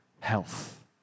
health